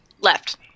left